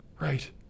right